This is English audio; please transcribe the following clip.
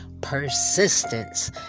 Persistence